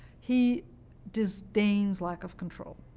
he disdains lack of control.